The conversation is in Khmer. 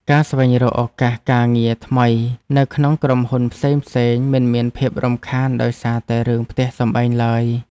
ការស្វែងរកឱកាសការងារថ្មីនៅក្នុងក្រុមហ៊ុនផ្សេងៗ មិនមានភាពរំខានដោយសារតែរឿងផ្ទះសម្បែងឡើយ។